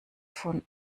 von